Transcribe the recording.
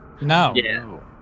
No